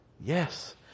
Yes